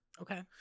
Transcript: Okay